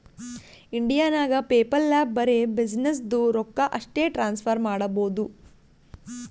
India ನಾಗ್ PayPal app ಬರೆ ಬಿಸಿನ್ನೆಸ್ದು ರೊಕ್ಕಾ ಅಷ್ಟೇ ಟ್ರಾನ್ಸಫರ್ ಮಾಡಬೋದು